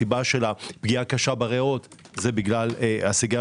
הסיבה של הפגיעה הקשה בריאות זה בגלל הסיגריה